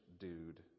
dude